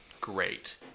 great